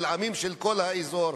עמים של כל האזור.